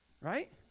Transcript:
right